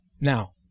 Now